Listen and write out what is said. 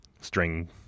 string